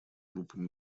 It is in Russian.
группам